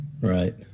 Right